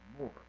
more